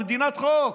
זאת מדינת חוק,